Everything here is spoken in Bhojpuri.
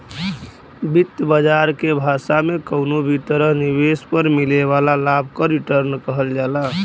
वित्त बाजार के भाषा में कउनो भी तरह निवेश पर मिले वाला लाभ क रीटर्न कहल जाला